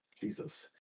jesus